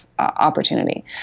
Opportunity